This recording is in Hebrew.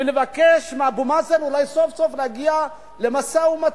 ולבקש מאבו מאזן, אולי סוף-סוף להגיע למשא-ומתן,